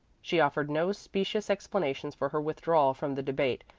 she offered no specious explanations for her withdrawal from the debate,